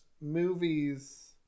movies